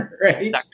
right